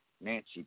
nancy